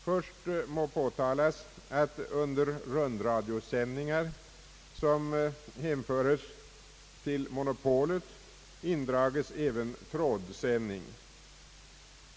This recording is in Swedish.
Först må påtalas att under rundradiosändningar som hänföres till monopolet indrages även trådsändning.